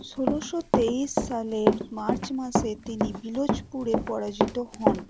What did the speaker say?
ষোলোশো তেইশ সালের মার্চ মাসে তিনি বিলোচপুরে পরাজিত হন